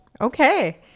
Okay